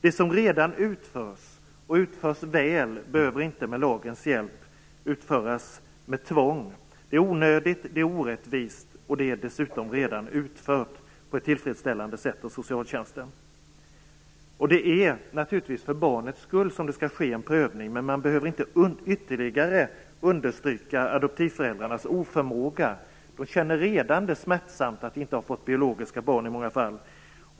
Det som redan utförs, och utförs väl, behöver inte med lagens hjälp utföras med tvång. Det är onödigt, orättvist och det är dessutom redan utfört på ett tillfredsställande sätt av socialtjänsten. Det är naturligtvis för barnets skull som det skall ske en prövning, men man behöver inte ytterligare understryka adoptivföräldrarnas oförmåga. De känner redan det smärtsamt att inte ha fått biologiska barn i många fall.